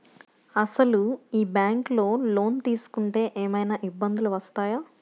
అసలు ఈ బ్యాంక్లో లోన్ తీసుకుంటే ఏమయినా ఇబ్బందులు వస్తాయా?